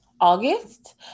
August